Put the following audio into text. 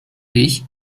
ich